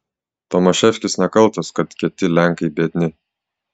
tomaševskis nekaltas kad kiti lenkai biedni